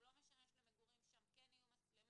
והוא לא משמש למגורים שם כן יהיו מצלמות.